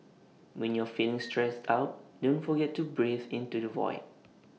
when you are feeling stressed out don't forget to breathe into the void